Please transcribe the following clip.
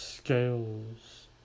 Scales